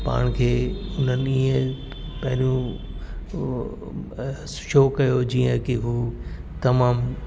पाण खे उन्हनि ईअं पहिरियों शो कयो जीअं कि उहे तमामु